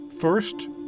First